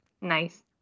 Nice